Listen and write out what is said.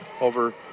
over